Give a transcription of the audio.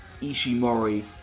Ishimori